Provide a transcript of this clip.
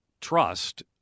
trust